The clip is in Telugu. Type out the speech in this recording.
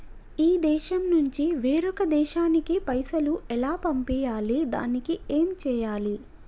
ఈ దేశం నుంచి వేరొక దేశానికి పైసలు ఎలా పంపియ్యాలి? దానికి ఏం చేయాలి?